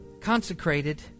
consecrated